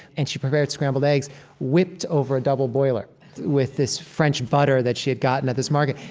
and she prepared scrambled eggs whipped over a double boiler with this french butter that she had gotten at this market.